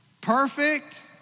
perfect